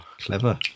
Clever